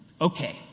Okay